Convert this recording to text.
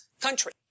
country